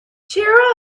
cheer